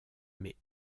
mais